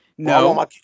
No